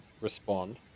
respond